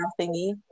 thingy